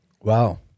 Wow